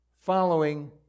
following